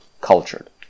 cultured